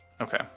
Okay